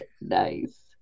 nice